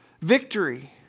victory